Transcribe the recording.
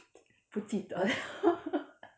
不记得了